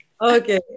okay